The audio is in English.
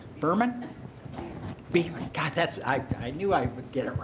berman b got that's. i knew i would get